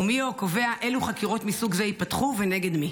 2. מיהו הקובע אילו חקירות מסוג זה ייפתחו ונגד מי?